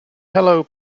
hello